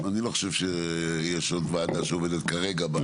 אני לא חושב שיש עוד ועדה שעובדת כרגע בהיקפים האלה.